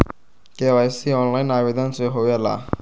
KYC online आवेदन से होवे ला?